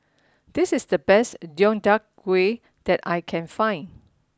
this is the best Deodeok Gui that I can find